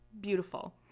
beautiful